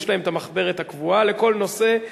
יש להם המחברת הקבועה לכל נושא.